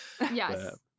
Yes